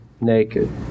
naked